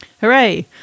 Hooray